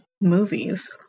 movies